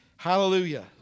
Hallelujah